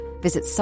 visit